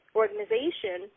organization